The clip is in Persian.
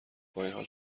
بااینحال